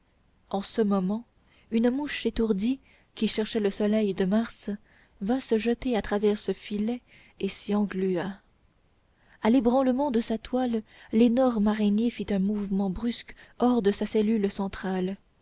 en ce moment une mouche étourdie qui cherchait le soleil de mars vint se jeter à travers ce filet et s'y englua à l'ébranlement de sa toile l'énorme araignée fit un mouvement brusque hors de sa cellule centrale